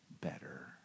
better